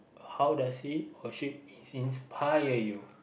how does he or she is inspire you